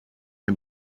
can